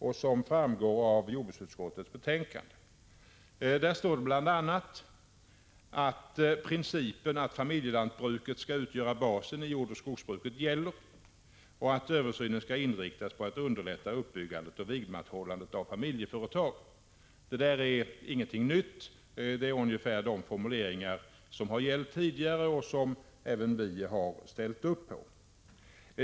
Detta framgår av jordbruksutskottets betänkande, där det bl.a. står: ”Principen att familjelantbruket skall utgöra basen i jordoch skogsbruket gäller, och översynen skall inriktas på att underlätta uppbyggandet och vidmakthållandet av familjeföretag.” Detta är ingenting nytt, utan det är formuleringar som har gällt tidigare och som även vi i centern har ställt oss bakom.